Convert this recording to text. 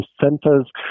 centers